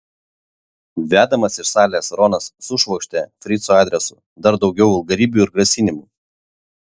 vedamas iš salės ronas sušvokštė frico adresu dar daugiau vulgarybių ir grasinimų